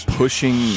pushing